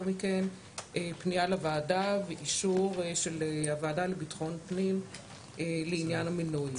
מכן פנייה לוועדה ואישור של הוועדה לביטחון הפנים לעניין המינוי.